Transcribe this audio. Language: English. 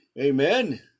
amen